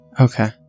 Okay